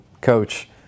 Coach